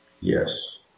yes